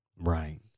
right